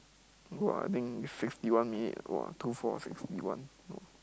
good [what] I think sixty one minute !wah! two four sixty one